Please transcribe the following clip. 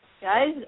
Guys